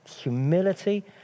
humility